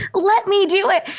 let me do it.